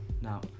Now